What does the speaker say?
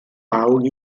mawr